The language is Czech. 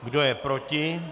Kdo je proti?